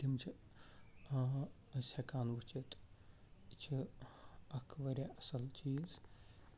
تِم چھِ أسۍ ہٮ۪کان وُچھُتھ یہِ چھِ اَکھ واریاہ اَصٕل چیٖز